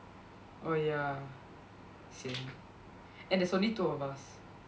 oh ya sian and there's only two of us